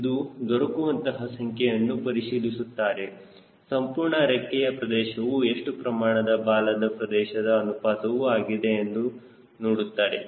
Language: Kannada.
ಇಲ್ಲಿ ದೊರಕುವಂತಹ ಸಂಖ್ಯೆಯನ್ನು ಪರಿಶೀಲಿಸುತ್ತಾರೆ ಸಂಪೂರ್ಣ ರೆಕ್ಕೆಯ ಪ್ರದೇಶದಲ್ಲಿ ಎಷ್ಟು ಪ್ರಮಾಣದ ಬಾಲದ ಪ್ರದೇಶದ ಅನುಪಾತವು ಆಗಿದೆ ಎಂದು ನೋಡುತ್ತಾರೆ